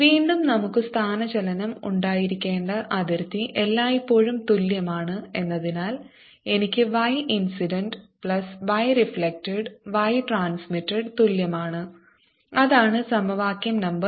വീണ്ടും നമുക്ക് സ്ഥാനചലനം ഉണ്ടായിരിക്കേണ്ട അതിർത്തി എല്ലായ്പ്പോഴും തുല്യമാണ് എന്നതിനാൽ എനിക്ക് y incident plus y reflected y ട്രാൻസ്മിറ്റഡ്ന് തുല്യമാണ് അതാണ് സമവാക്യം ഒന്നാം നമ്പർ